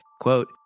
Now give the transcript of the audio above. quote